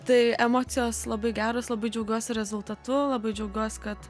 tai emocijos labai geros labai džiaugiuosi rezultatu labai džiaugiuos kad